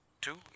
Two